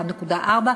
1.4,